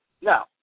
Now